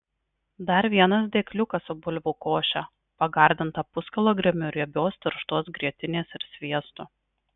dar vienas dėkliukas su bulvių koše pagardinta puskilogramiu riebios tirštos grietinės ir sviestu